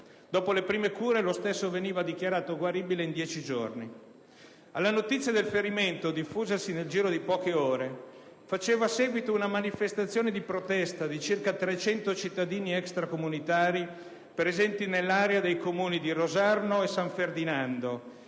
Dopo le prime cure, lo stesso veniva dichiarato guaribile in dieci giorni. Alla notizia del ferimento, diffusasi nel giro di poche ore, faceva seguito una manifestazione di protesta di circa 300 cittadini extracomunitari presenti nell'area dei Comuni di Rosarno e San Ferdinando,